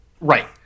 Right